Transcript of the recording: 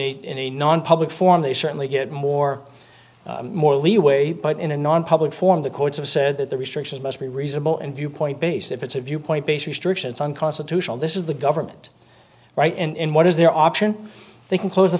any in a nonpublic form they certainly get more more leeway but in a nonpublic form the courts have said that the restrictions must be reasonable and viewpoint based if it's a viewpoint based restrictions unconstitutional this is the government right in what is their option they can close